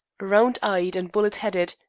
round-eyed and bullet-headed,